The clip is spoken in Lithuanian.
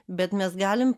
bet mes galim